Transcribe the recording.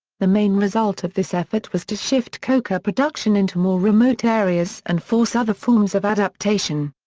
the main result of this effort was to shift coca production into more remote areas and force other forms of adaptation.